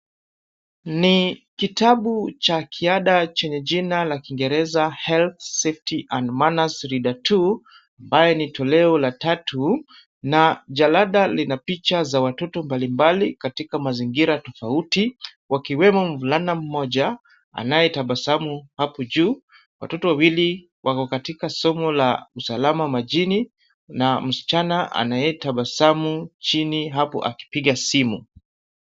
Ni kitabu cha kiada chenye kuna la kiingereza health safety and manners reader two , ambayo ni toleo la tatu, na jalada zina picha za watoto mbali mbali katika mazingira tofauti wakiwemo mvulana mmoja anayetabasamu hapo juu. Watoto wawili wako katika somo la usalama majini na msichana anayetabasamu chini hapo akipiga simu.